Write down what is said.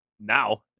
now